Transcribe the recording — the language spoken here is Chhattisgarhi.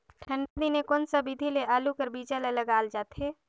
ठंडा दिने कोन सा विधि ले आलू कर बीजा ल लगाल जाथे?